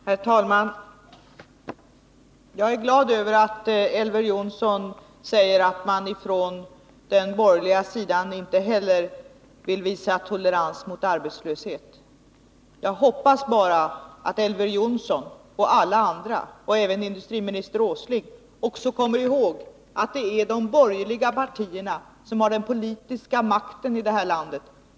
Herr talman! Jag är glad över att Elver Jonsson säger att man inte heller på den borgerliga sidan vill visa någon tolerans mot arbetslöshet. Jag hoppas bara att Elver Jonsson och alla andra — även industriminister Åsling — också kommer ihåg att det är de borgerliga partierna som har den politiska makten i det här landet.